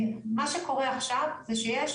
מה שקורה עכשיו זה שיש